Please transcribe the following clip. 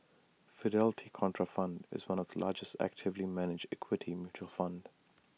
Fidelity Contrafund is one of the largest actively managed equity mutual fund